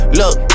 look